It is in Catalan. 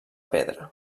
pedra